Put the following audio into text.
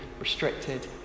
restricted